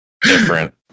different